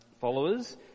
followers